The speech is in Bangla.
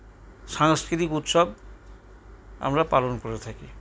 সাংস্কৃতিক উৎসব আমরা পালন করে থাকি